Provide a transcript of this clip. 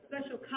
special